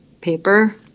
paper